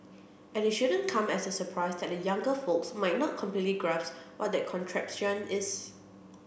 and it shouldn't come as a surprise that the younger folks might not completely grasp what that contraption is